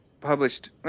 published